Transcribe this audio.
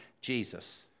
Jesus